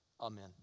amen